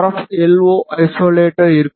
F L O isolator இருக்கும்